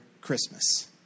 Christmas